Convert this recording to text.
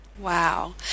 Wow